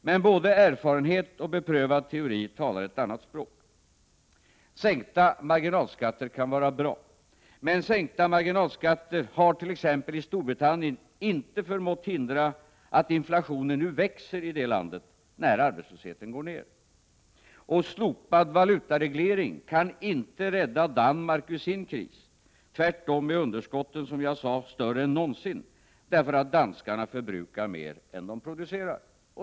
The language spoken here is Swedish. Men både erfarenhet och beprövad teori talar ett annat språk. Sänkta marginalskatter kan vara bra, men sänkta marginalskatter har t.ex. i Storbritannien inte förmått hindra att inflationen nu växer i detta land — när arbetslösheten går ned. Och slopad valutareglering kan inte rädda Danmark ur sin kris — tvärtom är underskotten i betalningsbalansen nu större än någonsin, därför att danskarna förbrukar mer än de producerar.